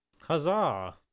Huzzah